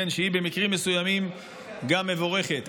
שבמקרים מסוימים היא גם מבורכת,